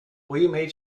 william